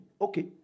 okay